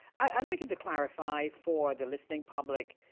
i'd like you to clarify for the listening public